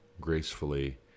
gracefully